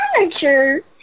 furniture